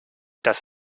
das